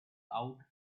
out